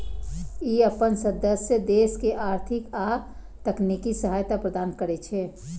ई अपन सदस्य देश के आर्थिक आ तकनीकी सहायता प्रदान करै छै